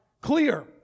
clear